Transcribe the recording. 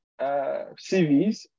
CVs